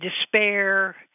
despair